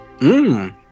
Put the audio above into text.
Mmm